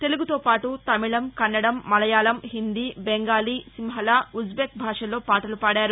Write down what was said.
తెలుగుతో పాటు తమికం కన్నడం మలయాళం హిందీ బెంగాలీ సిన్హల ఉజ్బెక్ భాషల్లో పాటలు పాడారు